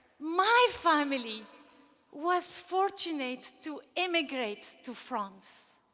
my family was fortunate to emigrate to france.